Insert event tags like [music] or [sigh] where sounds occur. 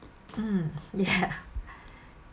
mm ya [laughs]